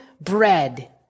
bread